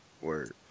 Word